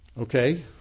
okay